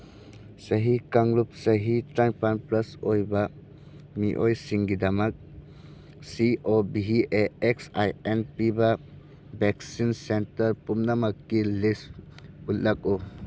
ꯆꯍꯤ ꯀꯥꯡꯂꯨꯞ ꯆꯍꯤ ꯇꯔꯥꯅꯤꯄꯥꯜ ꯄ꯭ꯂꯁ ꯑꯣꯏꯕ ꯃꯤꯑꯣꯏꯁꯤꯡꯒꯤꯗꯃꯛ C O V A X I N ꯄꯤꯕ ꯚꯦꯛꯁꯤꯟ ꯁꯦꯟꯇꯔ ꯄꯨꯝꯅꯃꯛꯀꯤ ꯂꯤꯁ ꯎꯠꯂꯛꯎ